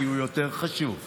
כי הוא יותר חשוב,